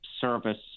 service